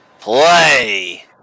play